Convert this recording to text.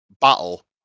battle